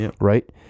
right